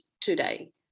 today